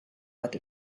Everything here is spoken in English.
what